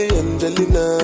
angelina